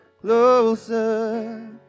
closer